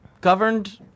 governed